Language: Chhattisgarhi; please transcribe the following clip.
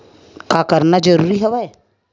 का करना जरूरी हवय?